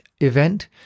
event